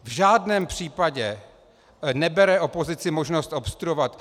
V žádném případě nebere opozici možnost obstruovat.